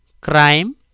crime